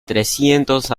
trescientos